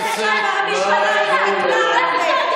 אישה נרצחה והמשטרה הסתכלה על זה.